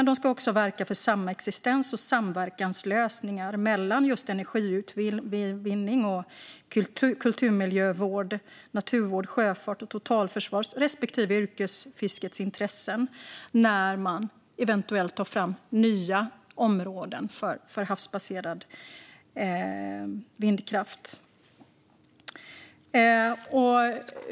De ska också verka för samexistens och samverkanslösningar mellan energiutvinningens, kulturmiljövårdens, naturvårdens, sjöfartens, totalförsvarets och yrkesfiskets respektive intressen, när nya områden för havsbaserad vindkraft eventuellt tas fram.